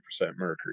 mercury